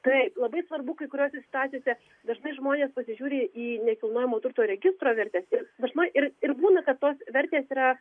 taip labai svarbu kai kuriose situacijose dažnai žmonės pasižiūri į nekilnojamo turto registro vertes ir dažnai ir ir būna kad tos vertės yra